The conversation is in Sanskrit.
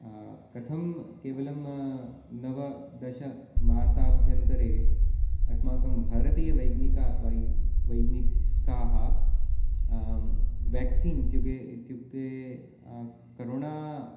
कथं केवलम् नव दशमासाभ्यन्तरे अस्माकं भारतीयवैज्ञिका वै वैज्ञिकाः वेक्सिन् इत्युगे इत्युक्ते करुणा